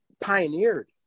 pioneered